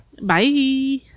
Bye